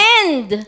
end